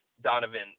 Donovan